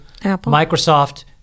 Microsoft